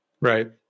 Right